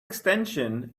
extension